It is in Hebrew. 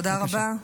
תודה רבה.